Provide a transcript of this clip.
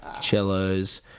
cellos